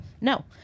No